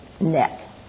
neck